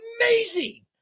amazing